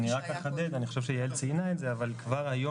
אני רק אחדד אני חושב שיעל ציינה את זה כבר היום